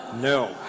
No